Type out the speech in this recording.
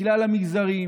מכלל המגזרים,